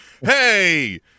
hey